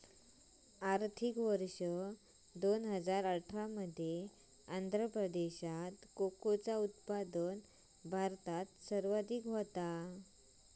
आर्थिक वर्ष दोन हजार अठरा मध्ये आंध्र प्रदेशामध्ये कोकोचा उत्पादन भारतात सर्वाधिक होता